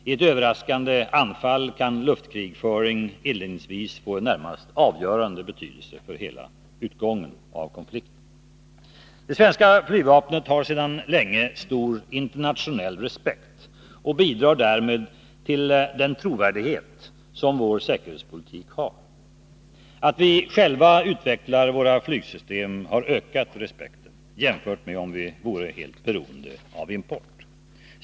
I ett överraskande anfall kan luftkrigföring inledningsvis få en närmast avgörande betydelse för hela utgången av konflikten. Det svenska flygvapnet har sedan länge stor internationell respekt, och bidrar därmed till den trovärdighet som vår säkerhetspolitik har. Att vi själva utvecklar våra flygsystem har ökat respekten, jämfört med om vi vore helt beroende av import.